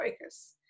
focus